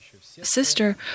sister